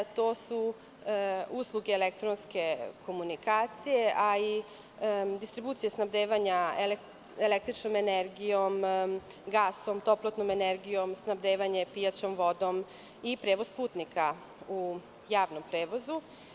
To su usluge elektronske komunikacije, distribucije snabdevanja električnom energijom, gasom, toplotnom energijom, snabdevanje pijaćom vodom i prevoz putnika u javom prevozu.